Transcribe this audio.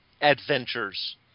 adventures